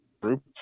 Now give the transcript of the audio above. group